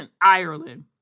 Ireland